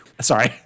Sorry